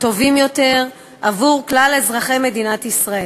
טובים יותר עבור כלל אזרחי מדינת ישראל.